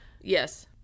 Yes